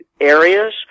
areas